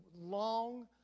long